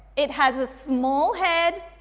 it has a small head,